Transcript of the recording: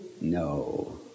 No